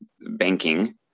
banking